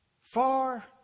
far